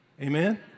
Amen